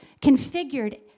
configured